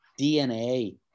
DNA